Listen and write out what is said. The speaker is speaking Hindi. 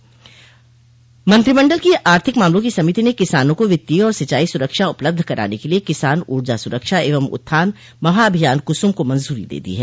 मंत्रिमंडल की आर्थिक मामलों की समिति ने किसानों को वित्तीय और सिंचाई सुरक्षा उपलब्ध कराने के लिए किसान ऊर्जा सुरक्षा एवं उत्थान महाभियान कुसुम को मंजूरी दे दी है